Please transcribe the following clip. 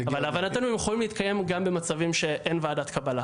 אבל להבנתנו הם יכולים להתקיים גם במצבים שאין ועדת קבלה.